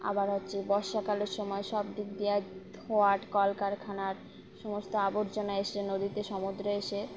আবার হচ্ছে বর্ষাকালের সময় সব দিক দিয়ে হোয়াট কলকারখানার সমস্ত আবর্জনা এসে নদীতে সমুদ্রে এসে